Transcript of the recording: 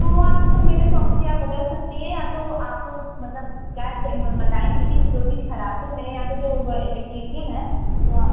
तो आप तो मेरे सॉप पर या बदल सकती हैं या तो आप मतलब क्या कहें बताएंगी कि जो चीज़ ख़राब है तो मेरे यहाँ से जो वो इलेक्ट्रीसियन है वो